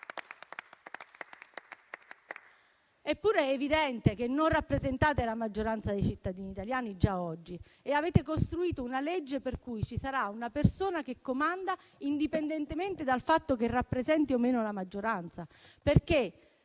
Eppure, è evidente che già oggi non rappresentate la maggioranza dei cittadini italiani e avete costruito una legge per cui ci sarà una persona che comanda indipendentemente dal fatto che rappresenti o meno la maggioranza, essendo